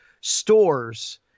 stores